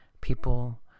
people